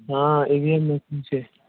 हाँ एवीएम में पीछे